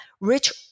rich